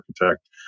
architect